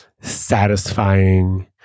satisfying